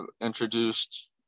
introduced